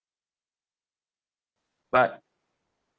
but